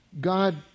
God